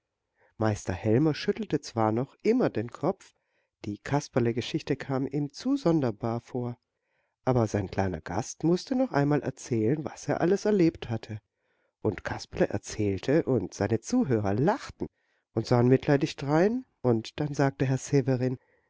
meister helmer schüttelte zwar noch immer den kopf die kasperlegeschichte kam ihm zu sonderbar vor aber sein kleiner gast mußte noch einmal erzählen was er alles erlebt hatte und kasperle erzählte und seine zuhörer lachten und sahen mitleidig drein und dann sagte herr severin